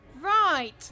Right